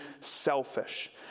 selfish